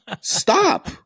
Stop